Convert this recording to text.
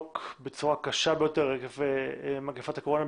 בצורה קשה ביותר עקב מגפת הקורונה,